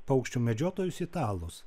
paukščių medžiotojus italus